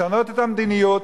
לשנות את המדיניות,